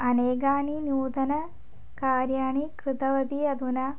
अनेकानि नूतनकार्याणि कृतवती अधुना